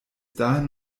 dahin